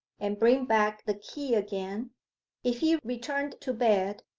and bring back the key again if he returned to bed,